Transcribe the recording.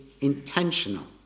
intentional